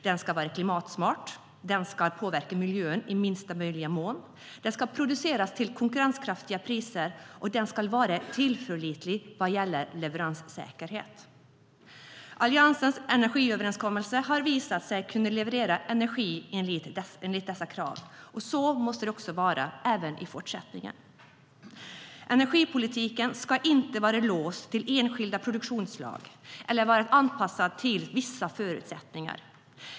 Den ska vara klimatsmart, den ska påverka miljön i minsta möjliga mån, den ska produceras till konkurrenskraftiga priser och den ska vara tillförlitlig vad gäller leveranssäkerhet. Alliansens energiöverenskommelse har visat sig kunna leverera energi enligt dessa krav, och så måste det vara även i fortsättningen. Energipolitiken ska inte vara låst till enskilda produktionsslag eller vara anpassad till vissa förutsättningar.